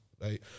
right